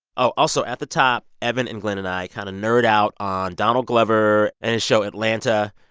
oh, also, at the top, evan and glen and i kind of nerd out on donald glover and his show atlanta.